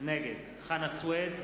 נגד חנא סוייד,